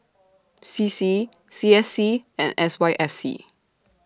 C C C S C and S Y F C